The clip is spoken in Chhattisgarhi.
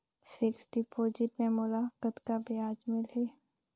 फिक्स्ड डिपॉजिट मे मोला कतका ब्याज मिलही?